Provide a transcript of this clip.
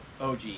OG